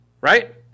Right